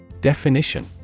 Definition